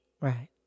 Right